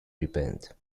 repent